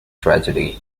tragedy